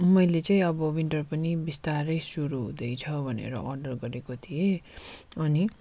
मैले चाहिँ अब विन्टर पनि बिस्तारै सुरु हुँदैछ भनेर अर्डर गरेको थिएँ अनि